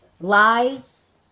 lies